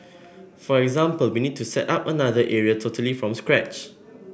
for example we need to set up another area totally from scratch